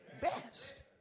best